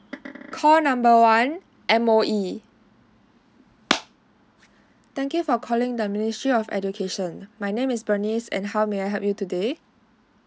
call number one M_O_E thank you for calling the ministry of education my name is bernice and how may I help you today